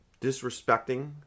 disrespecting